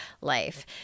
life